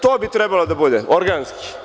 To bi trebalo da bude organski.